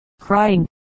crying